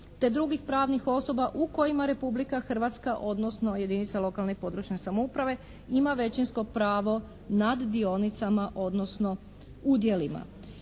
te drugih pravnih osoba u kojima Republika Hrvatska odnosno jedinica lokalne i područne samouprave ima većinsko pravo nad dionicama, odnosno udjelima